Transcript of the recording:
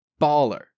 Baller